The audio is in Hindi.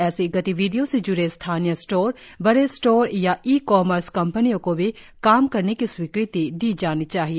ऐसी गतिविधियों से जुडे स्थानीय स्टोर बड़े स्टोर या ई कॉमर्स कंपनियों को भी काम करने की स्वीकृति दी जानी चाहिए